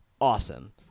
Awesome